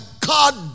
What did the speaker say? God